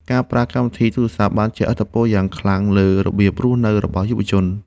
ការប្រើកម្មវិធីទូរសព្ទ បានជះឥទ្ធិពលយ៉ាងខ្លាំងលើរបៀបរស់នៅរបស់យុវជន។